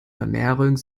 vermehrung